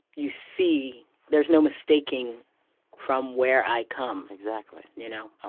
you see there's no mistaking from where i come. exactly. you know. ah